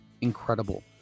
incredible